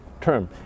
term